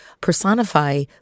personify